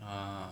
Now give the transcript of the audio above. ah